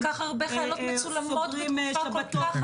סוגרים שבתות,